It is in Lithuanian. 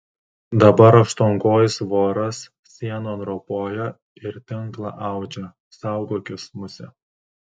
dabar aštuonkojis voras sienom ropoja ir tinklą audžia saugokis muse